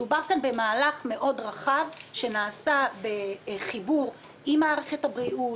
מדובר כאן במהלך רחב מאוד שנעשה בחיבור עם מערכת הבריאות,